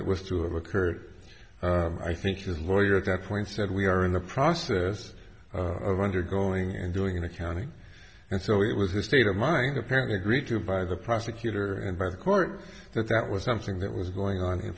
that was to occur i think his lawyer at that point said we are in the process of undergoing and doing an accounting and so it was a state of mind apparently agreed to by the prosecutor and by the court that that was something that was going on in